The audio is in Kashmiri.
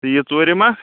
تہٕ یہِ ژوٗرِم اکھ